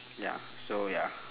ya so ya